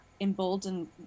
emboldened